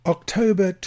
October